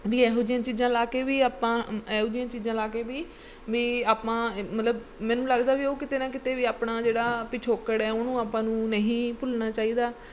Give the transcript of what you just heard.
ਵੀ ਇਹੋ ਜਿਹੀਆਂ ਚੀਜ਼ਾਂ ਲਾ ਕੇ ਵੀ ਆਪਾਂ ਇਹੋ ਜਿਹੀਆਂ ਚੀਜ਼ਾਂ ਲਾ ਕੇ ਵੀ ਵੀ ਆਪਾਂ ਮਤਲਬ ਮੈਨੂੰ ਲੱਗਦਾ ਵੀ ਉਹ ਕਿਤੇ ਨਾ ਕਿਤੇ ਵੀ ਆਪਣਾ ਜਿਹੜਾ ਪਿਛੋਕੜ ਹੈ ਉਹਨੂੰ ਆਪਾਂ ਨੂੰ ਨਹੀਂ ਭੁੱਲਣਾ ਚਾਹੀਦਾ